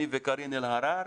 אני וקארין אלהרר,